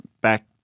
back